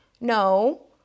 No